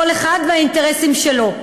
כל אחד והאינטרסים שלו,